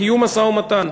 לקיום משא-ומתן,